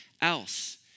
else